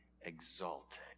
exalted